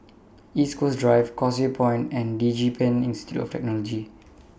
East Coast Drive Causeway Point and Digipen Institute of Technology